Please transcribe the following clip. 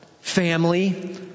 family